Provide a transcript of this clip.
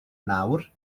nawr